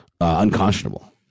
unconscionable